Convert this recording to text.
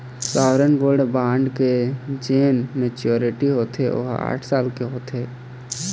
sovereign gold bond के जेन maturity होथे ओहा आठ साल के होथे